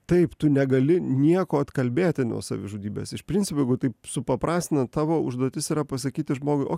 taip tu negali nieko atkalbėti nuo savižudybės iš principo tai supaprastina tavo užduotis yra pasakyti žmogui o